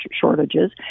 shortages